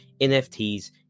NFTs